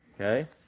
Okay